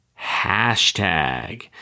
hashtag